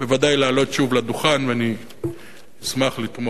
בוודאי לעלות שוב לדוכן, ואני אשמח לתמוך,